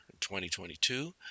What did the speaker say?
2022